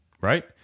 right